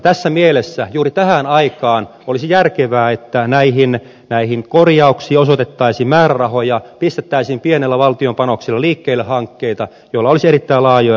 tässä mielessä juuri tähän aikaan olisi järkevää että näihin korjauksiin osoitettaisiin määrärahoja pistettäisiin pienellä valtion panoksella liikkeelle hankkeita joilla olisi erittäin laajoja työllisyysvaikutuksia